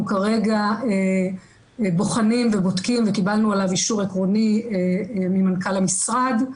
כרגע בוחנים ובודקים וקיבלנו עליו אישור עקרוני ממנכ"ל המשרד.